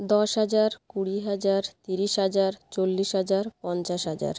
দশ হাজার কুড়ি হাজার তিরিশ হাজার চল্লিশ হাজার পঞ্চাশ হাজার